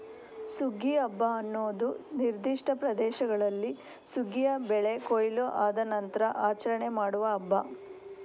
ಸುಗ್ಗಿ ಹಬ್ಬ ಅನ್ನುದು ನಿರ್ದಿಷ್ಟ ಪ್ರದೇಶಗಳಲ್ಲಿ ಸುಗ್ಗಿಯ ಬೆಳೆ ಕೊಯ್ಲು ಆದ ನಂತ್ರ ಆಚರಣೆ ಮಾಡುವ ಹಬ್ಬ